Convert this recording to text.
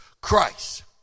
Christ